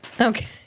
Okay